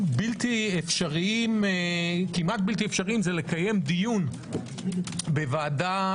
הדברים שבלתי-אפשריים כמעט זה לקיים דיון בוועדת